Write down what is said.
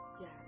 Yes